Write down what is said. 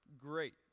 great